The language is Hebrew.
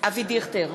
אבי דיכטר,